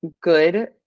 good